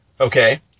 Okay